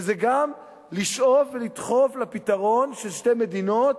וזה גם לשאוף ולדחוף לפתרון של שתי מדינות